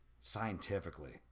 scientifically